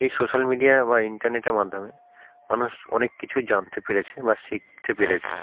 এই social media বা ইন্টারনেটের মাধ্যমে মানুষ অনেক কিছু জানতে পেরেছে বা শিখতে পেরেছে